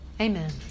Amen